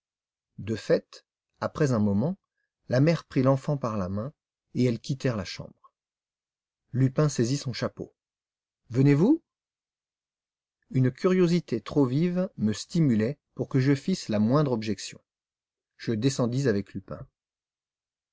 de fait après un moment la mère prit l'enfant par la main et elles quittèrent la chambre lupin saisit son chapeau venez-vous une curiosité trop vive me stimulait pour que je fisse la moindre objection je descendis avec lupin